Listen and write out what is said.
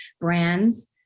brands